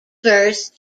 verse